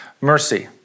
mercy